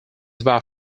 about